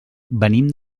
venim